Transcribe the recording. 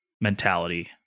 mentality